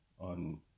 on